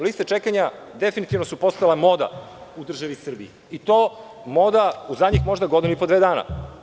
Liste čekanja su definitivno postale moda u državi Srbiji i to moda u zadnjih godinu i po, dve dana.